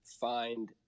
find